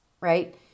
right